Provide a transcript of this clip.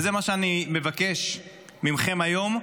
וזה מה שאני מבקש מכם היום,